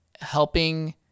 helping